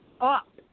up